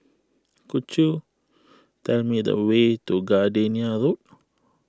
could you tell me the way to Gardenia Road